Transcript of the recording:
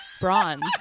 bronze